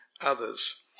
others